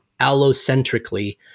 allocentrically